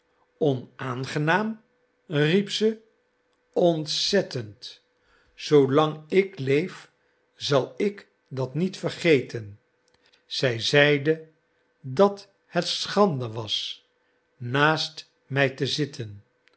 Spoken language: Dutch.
onaangenaam riep ze ontzettend zoo lang ik leef zal ik dat niet vergeten zij zeide dat het schande was naast mij te zitten